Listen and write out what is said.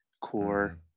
core